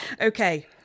Okay